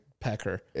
pecker